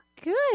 Good